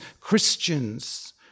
Christians